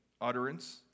utterance